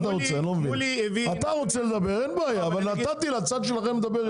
אתה רוצה לדבר, אין בעיה, אבל נתתי לצד שלכם לדבר.